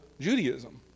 Judaism